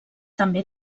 també